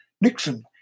Nixon